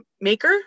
maker